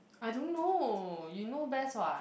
I don't know you know best [what]